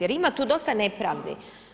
Jer ima tu dosta nepravdi.